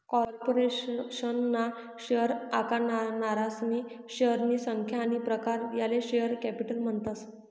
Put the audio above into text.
corporation ना share आखनारासनी शेअरनी संख्या आनी प्रकार याले शेअर कॅपिटल म्हणतस